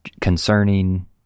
concerning